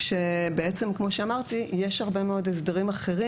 כשיש הרבה מאוד הסדרים אחרים.